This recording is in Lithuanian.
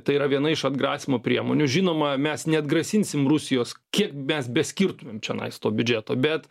tai yra viena iš atgrasymo priemonių žinoma mes neatgrasinsim rusijos kiek mes beskirtumėm čionais to biudžeto bet